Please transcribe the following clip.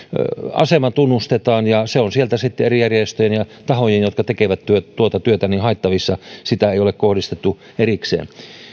asema tunnustetaan ja se on sieltä sitten eri järjestöjen ja tahojen jotka tekevät tuota työtä haettavissa sitä ei ole kohdistettu erikseen